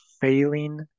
failing